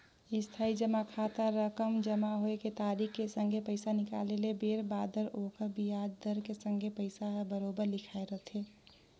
इस्थाई जमा खाता रकम जमा होए के तारिख के संघे पैसा निकाले के बेर बादर ओखर बियाज दर के संघे पइसा हर बराबेर लिखाए रथें